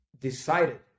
decided